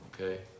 Okay